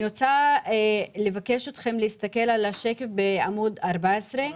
אני רוצה לבקש מכם להסתכל על השקף בעמוד 14,